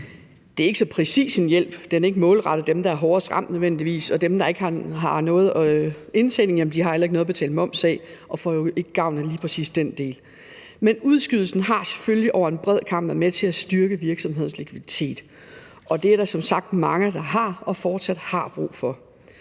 Det er ikke så præcis en hjælp – den er ikke nødvendigvis målrettet dem, der er hårdest ramt, og dem, der ikke har nogen indtjening, har heller ikke noget at betale moms af og får i øvrigt ikke gavn af lige præcis den del. Men udskydelsen har selvfølgelig over en bred kam været med til at styrke virksomhedernes likviditet, og det er der som sagt mange, der har haft og fortsat har brug for.